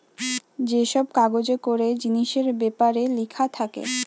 যে সব কাগজে করে জিনিসের বেপারে লিখা থাকে